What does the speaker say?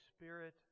Spirit